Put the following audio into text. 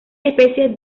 especies